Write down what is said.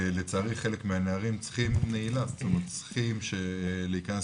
לצערי חלק מהנערים צריכים נעילה, צריכים להיכנס